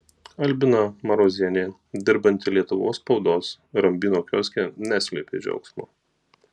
albina marozienė dirbanti lietuvos spaudos rambyno kioske neslėpė džiaugsmo